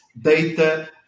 data